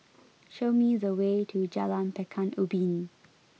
show me the way to Jalan Pekan Ubin